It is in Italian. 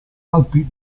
alpi